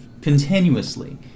continuously